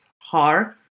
hard